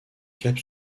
cap